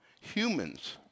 humans